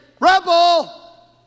rebel